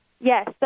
Yes